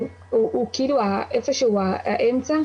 הוא כאילו איפה שהוא האמצע,